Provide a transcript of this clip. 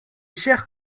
chers